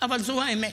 אבל זו האמת.